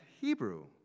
Hebrew